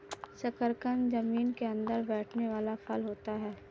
शकरकंद जमीन के अंदर बैठने वाला फल होता है